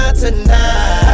tonight